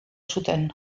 zuten